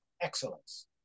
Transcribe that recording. Excellence